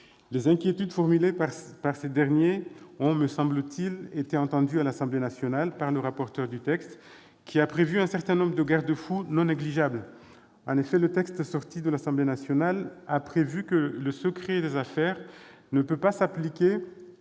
Les inquiétudes formulées par ces derniers ont, me semble-t-il, été entendues par le rapporteur du texte à l'Assemblée nationale, qui a prévu un certain nombre de garde-fous non négligeables. En effet, le texte sorti de l'Assemblée nationale dispose que le secret des affaires ne peut s'appliquer